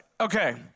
Okay